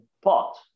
pot